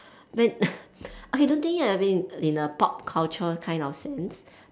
when okay don't think it in a way in a pop culture kind of sense